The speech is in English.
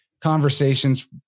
conversations